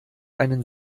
einen